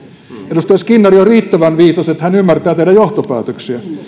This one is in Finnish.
edustaja skinnari on riittävän viisas että hän ymmärtää tehdä johtopäätöksiä